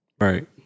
Right